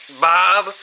bob